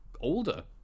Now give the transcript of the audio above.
older